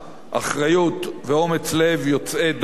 אחריות ואומץ לב יוצאי דופן.